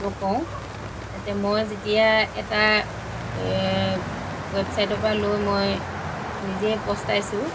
নকওঁ যাতে মই যেতিয়া এটা ৱেবচাইটৰ পৰা লৈ মই নিজে পস্তাইচো